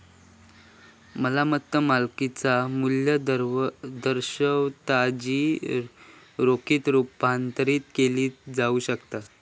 मालमत्ता मालकिचा मू्ल्य दर्शवता जी रोखीत रुपांतरित केली जाऊ शकता